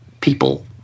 people